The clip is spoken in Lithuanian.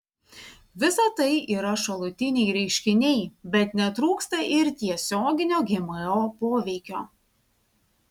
visa tai yra šalutiniai reiškiniai bet netrūksta ir tiesioginio gmo poveikio